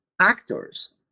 actors